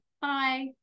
Bye